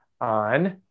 on